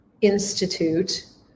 institute